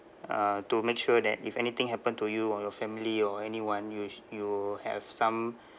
uh to make sure that if anything happen to you or your family or anyone yous you have some